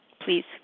please